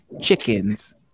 chickens